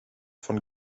von